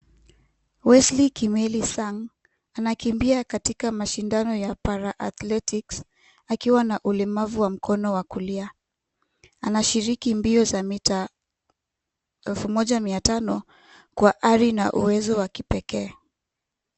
Wesley Kimeli Sang anakimbia katika mashindano ya para athletics akiwa na ulemavu wa mkono wa kulia. Anashiriki mbio za mita elfu moja mia tano kwa ari na uwezo wa kipekee.